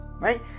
Right